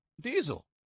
Diesel